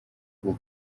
uku